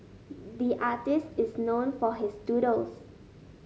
the artist is known for his doodles